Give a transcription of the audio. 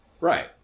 Right